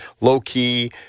low-key